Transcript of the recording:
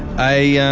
i